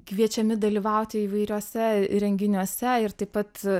kviečiami dalyvauti įvairiuose renginiuose ir taip pat